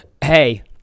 Hey